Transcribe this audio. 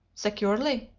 securely?